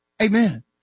Amen